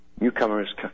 Newcomers